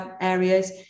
areas